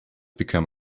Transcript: become